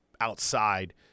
outside